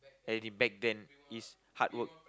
as in back then is hard work